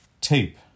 tape